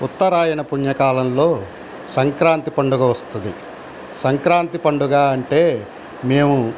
ఉత్తరాయణ పుణ్యకాలంలో సంక్రాంతి పండుగ వస్తది సంక్రాంతి పండుగ అంటే మేము